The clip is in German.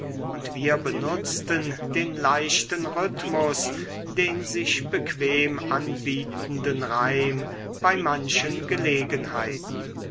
und wir benutzten den leichten rhythmus den sich bequem anbietenden reim bei manchen gelegenheiten